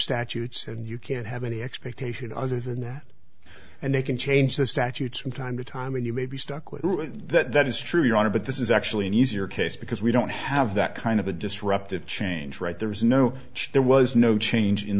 statutes and you can't have any expectation other than that and they can change the statutes from time to time and you may be stuck with that that is true your honor but this is actually an easier case because we don't have that kind of a disruptive change right there's no there was no change in